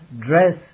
dress